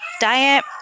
diet